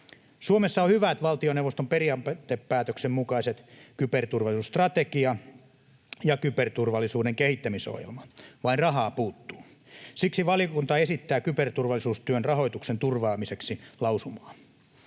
Suomessa on hyvät valtioneuvoston periaatepäätöksen mukaiset kyberturvallisuusstrategia ja kyberturvallisuuden kehittämisohjelma. Vain rahaa puuttuu. Siksi valiokunta esittää kyberturvallisuustyön rahoituksen turvaamiseksi lausumaa.